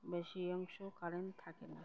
বেশি অংশ কারেন্ট থাকে না